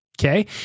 Okay